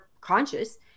conscious